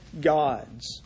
gods